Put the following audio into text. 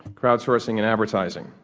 crowd sourcing and advertising.